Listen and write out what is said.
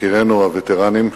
יקירינו הווטרנים,